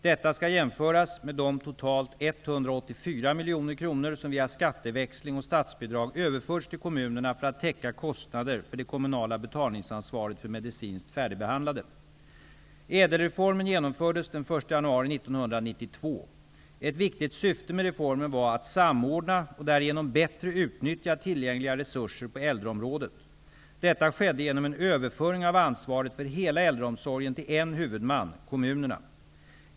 Detta skall jämföras med de totalt 184 miljoner kronor som via skatteväxling och statsbidrag överförts till kommunerna för att täcka kostnader för det kommunala betalningsansvaret för medicinskt färdigbehandlade. Ett viktigt syfte med reformen var att samordna och därigenom bättre utnyttja tillgängliga resurser på äldreområdet. Detta skedde genom en överföring av ansvaret för hela äldreomsorgen till en huvudman -- kommunerna.